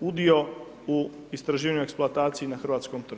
udio u istraživanje eksploatacije na hrvatskom tržištu.